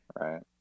right